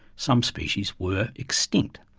some species were extinct!